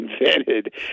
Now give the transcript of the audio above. invented